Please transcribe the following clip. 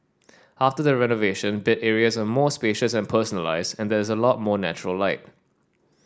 after the renovation bed areas are more spacious and personalised and there is a lot more natural light